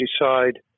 decide